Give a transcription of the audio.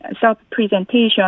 self-presentation